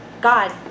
God